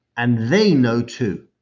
and they know too.